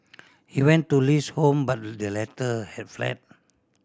he went to Li's home but the latter had fled